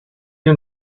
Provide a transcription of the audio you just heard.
you